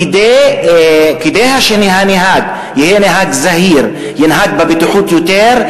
כדי שהנהג יהיה נהג זהיר וינהג בבטיחות רבה יותר,